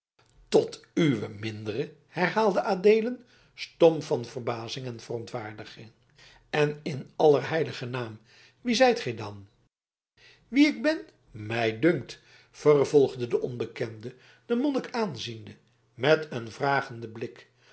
tot uwen mindere herhaalde adeelen stom van verbazing en verontwaardiging en in aller heiligen naam wie zijt gij dan wie ik ben mij dunkt vervolgde de onbekende den monnik aanziende met een vragenden blik